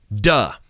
Duh